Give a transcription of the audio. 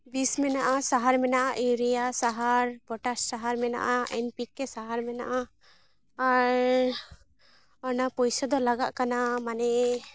ᱵᱤᱥ ᱢᱮᱱᱟᱜᱼᱟ ᱥᱟᱦᱟᱨ ᱢᱮᱱᱟᱜᱼᱟ ᱤᱭᱩᱨᱤᱭᱟ ᱥᱟᱦᱟᱨ ᱯᱚᱴᱟᱥ ᱥᱟᱦᱟᱨ ᱢᱮᱱᱟᱜᱼᱟ ᱮᱱ ᱯᱤ ᱠᱮ ᱥᱟᱦᱟᱨ ᱢᱮᱱᱟᱜᱼᱟ ᱟᱨᱻ ᱚᱱᱟ ᱯᱩᱭᱥᱟᱹᱫᱚ ᱞᱟᱜᱟᱜ ᱠᱟᱱᱟ ᱢᱟᱱᱮ